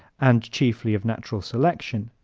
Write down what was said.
and chiefly of natural selection,